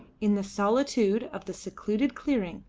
in the solitude of the secluded clearing,